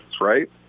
Right